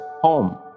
home